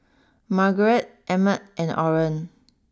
Margeret Emmett and Orren